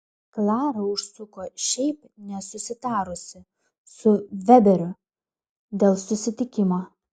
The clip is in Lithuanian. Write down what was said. klara užsuko šiaip nesusitarusi su veberiu dėl susitikimo